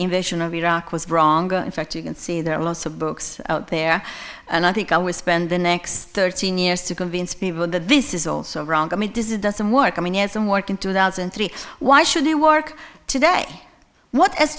invasion of iraq was wrong in fact you can see there are lots of books out there and i think i will spend the next thirteen years to convince people that this is also wrong i mean does it doesn't work i mean years and work in two thousand and three why should it work today what has